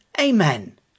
Amen